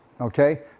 Okay